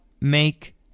make